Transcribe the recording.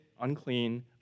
unclean